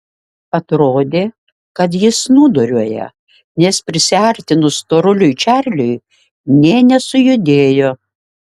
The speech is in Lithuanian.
atrodė kad jis snūduriuoja nes prisiartinus storuliui čarliui nė nesujudėjo